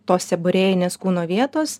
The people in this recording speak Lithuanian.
tos seborėjinės kūno vietos